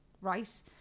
right